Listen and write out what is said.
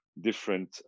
different